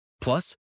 Plus